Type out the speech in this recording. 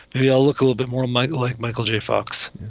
maybe i'll look a little bit more. might like michael j. fox,